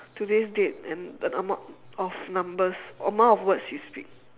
today's date and the amou~ of numbers amount of words you speak